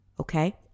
Okay